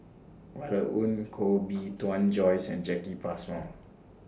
Violet Oon Koh Bee Tuan Joyce and Jacki Passmore